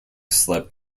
slip